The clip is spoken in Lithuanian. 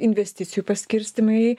investicijų paskirstymai